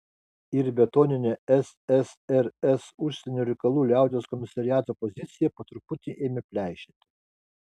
ir betoninė ssrs užsienio reikalų liaudies komisariato pozicija po truputį ėmė pleišėti